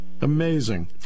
Amazing